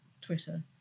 Twitter